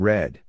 Red